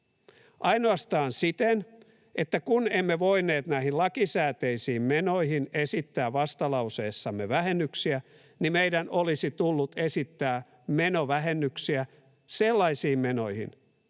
Ainoastaan siten, että kun emme voineet näihin lakisääteisiin menoihin esittää vastalauseessamme vähennyksiä, niin meidän olisi tullut esittää menovähennyksiä sellaisiin menoihin,